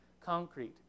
concrete